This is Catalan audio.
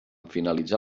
finalitzar